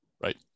Right